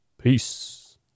Peace